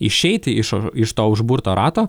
išeiti iš iš to užburto rato